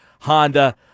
Honda